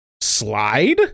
slide